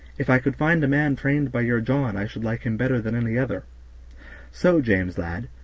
if i could find a man trained by your john i should like him better than any other so, james, lad,